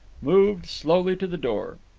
moved slowly to the door.